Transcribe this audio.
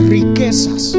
riches